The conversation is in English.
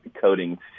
coding